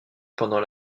pendant